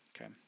Okay